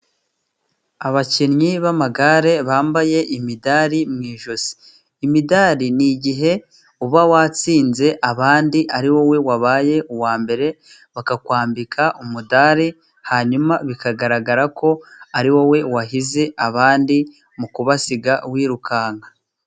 Abakinnyi b'amagare bambaye imidari mu ijosi, imidari ni igihe uba watsinze abandi ari wowe wabaye uwa mbere, bakakwambika umudari hanyuma bikagaragara ko ari wowe wahize abandi, mu kubasiga wirukanka.